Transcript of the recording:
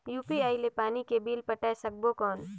UPI ले पानी के बिल पटाय सकबो कौन?